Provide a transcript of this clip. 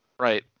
right